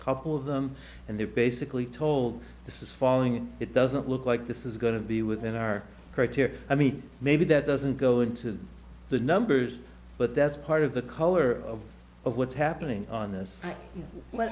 couple of them and they're basically told this is falling it doesn't look like this is going to be within our criteria i mean maybe that doesn't go into the numbers but that's part of the color of of what's happening on this w